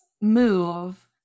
move